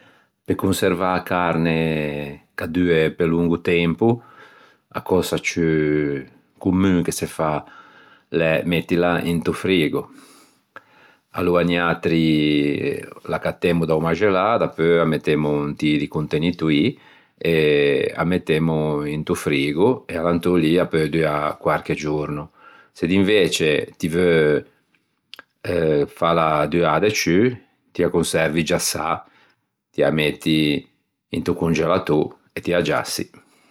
Pe conservâ a carne ch'a due pe longo tempo a cösa ciù commun che se fa l'é mettila into frigo. Aloa niatri l'accattemmo da-o maxellâ dapeu â mettemmo inti di contenitoî e â mettemmo into frigo e alantô lì a peu duâ quarche giorno. Se d'invece ti veu fâla duâ de ciù ti â conservi giassâ, ti â metti into congelatô e ti â giassi